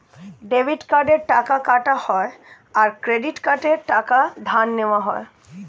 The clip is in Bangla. ডেবিট কার্ডে টাকা কাটা হয় আর ক্রেডিট কার্ডে টাকা ধার নেওয়া হয়